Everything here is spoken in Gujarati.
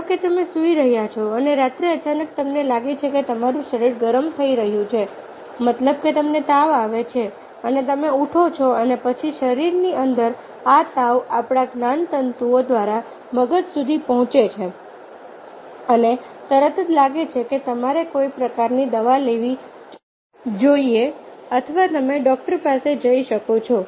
ધારો કે તમે સૂઈ રહ્યા છો અને રાત્રે અચાનક તમને લાગે છે કે તમારું શરીર ગરમ થઈ રહ્યું છે મતલબ કે તમને તાવ આવે છે અને તમે ઉઠો છો અને પછી શરીરની અંદર આ તાવ આપણા જ્ઞાનતંતુઓ દ્વારા મગજ સુધી પહોંચે છે અને તરત જ લાગે છે કે તમારે કોઈ પ્રકારની દવા લેવી જોઈએ અથવા તમે ડૉક્ટર પાસે જઈ શકો છો